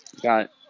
got